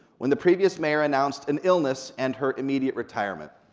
when the previous mayor announced an illness and her immediate retirement.